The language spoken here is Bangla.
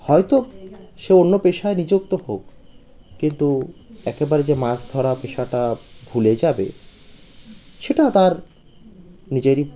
হয়তো সে অন্য পেশায় নিযুক্ত হোক কিন্তু একেবারে যে মাছ ধরা পেশাটা ভুলে যাবে সেটা তার নিজেরই